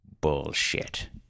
Bullshit